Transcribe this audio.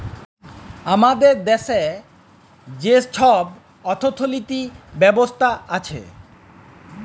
আমাদের দ্যাশে যে ছব অথ্থলিতি ব্যবস্থা আছে